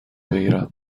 بگیرم